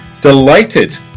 Delighted